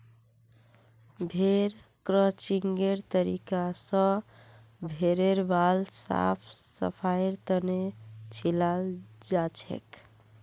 भेड़ क्रचिंगेर तरीका स भेड़ेर बाल साफ सफाईर तने छिलाल जाछेक